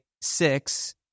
six